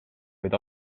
vaid